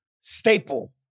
Staple